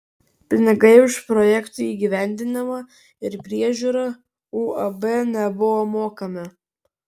pinigai už projekto įgyvendinimą ir priežiūrą uab nebuvo mokami